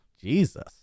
Jesus